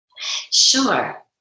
sure